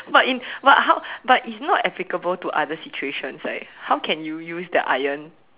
but in but how but it's not applicable in other situation like how could you use the iron